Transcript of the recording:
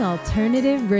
Alternative